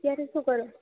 અત્યારે શું કરો